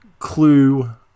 Clue